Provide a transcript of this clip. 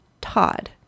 Todd